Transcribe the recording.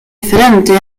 diferente